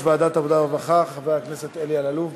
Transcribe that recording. ועדת העבודה והרווחה חבר הכנסת אלי אלאלוף.